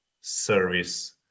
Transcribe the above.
service